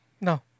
No